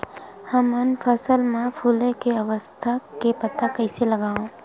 हमन फसल मा फुले के अवस्था के पता कइसे लगावन?